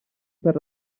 per